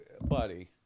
buddy